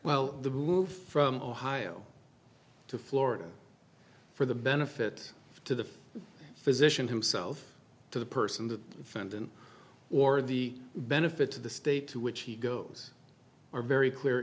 well the move from ohio to florida for the benefit to the physician himself to the person that fund and or the benefit to the state to which he goes are very clear